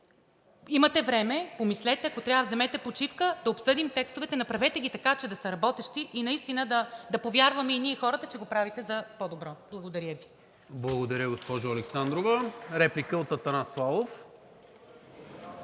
Имате време, помислете – ако трябва, вземете почивка, да обсъдим текстовете, направете ги така, че да са работещи и наистина да повярваме и ние, и хората, че го правите за по-добро. Благодаря Ви. ПРЕДСЕДАТЕЛ НИКОЛА МИНЧЕВ: Благодаря, госпожо Александрова. Реплика – от Атанас Славов,